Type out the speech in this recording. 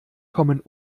kommen